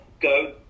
go